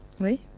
Oui